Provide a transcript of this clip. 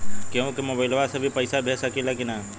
केहू के मोवाईल से भी पैसा भेज सकीला की ना?